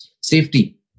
Safety